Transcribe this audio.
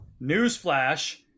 Newsflash